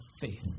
faith